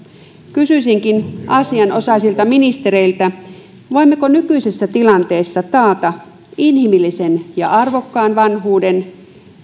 kysyisinkin asianosaisilta ministereiltä voimmeko nykyisessä tilanteessa taata inhimillisen ja arvokkaan vanhuuden